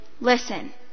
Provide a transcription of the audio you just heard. listen